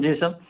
جی سر